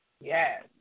Yes